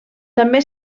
també